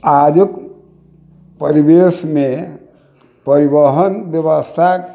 आजुक परिवेशमे परिवहन व्यवस्था